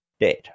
dead